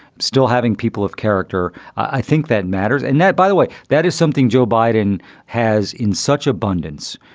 still having people of character, i think that matters. and that, by the way, that is something joe biden has in such abundance.